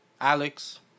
Alex